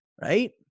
right